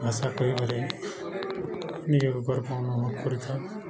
ଭାଷା କହିପାରି ନିିଜକୁ ଗର୍ବ ଅନୁଭବ କରିଥାଉ